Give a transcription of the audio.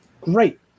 great